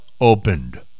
opened